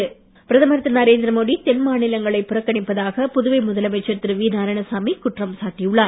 நாராயணசாமி பிரதமர் திரு நரேந்திரமோடி தென் மாநிலங்களை புறக்கணிப்பதாக புதுவை முதலமைச்சர் திரு வி நாராயணசாமி குற்றம் சாட்டி உள்ளார்